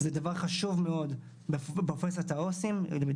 למידה מתמדת זה דבר חשוב מאוד בפרופסיית העו"סים.